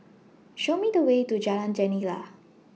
Show Me The Way to Jalan Jendela